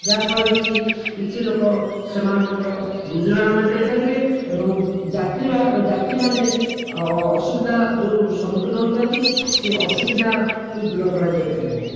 ଯାହା ଫଳରେ କି କିଛି ଲୋକ ସେମାନଙ୍କର ଗୁଜୁରାଣ ମେଣ୍ଟାଇ ପାରିବେ ଏବଂ ଯାତ୍ରୀମାନେ ଯାତ୍ରୀମାନେ ଅସୁବିଧା ଯେଉଁ ସମ୍ମୁଖୀନ ହୋଇଥାନ୍ତି ସେ ଅସୁବିଧାକୁ ଦୂର କରାଯାଇପାରିବ